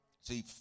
See